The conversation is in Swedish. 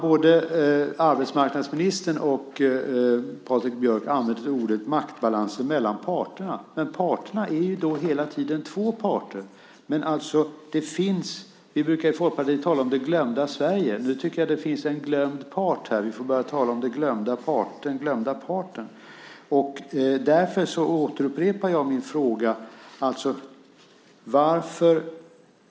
Både arbetsmarknadsministern och Patrik Björck använder sig av orden om maktbalansen mellan parterna. Men parterna är hela tiden två parter. Vi brukar i Folkpartiet tala om det glömda Sverige, men nu tycker jag att det finns en glömd part. Vi får börja tala om den glömda parten. Därför återupprepar jag min fråga.